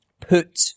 put